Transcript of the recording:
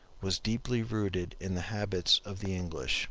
was deeply rooted in the habits of the english